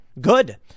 Good